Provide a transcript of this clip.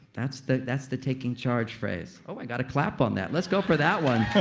that's the that's the taking charge phrase. oh, i got a clap on that. let's go for that one